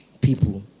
people